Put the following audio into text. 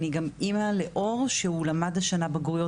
אני גם אמא לאור שהוא למד השנה בגריות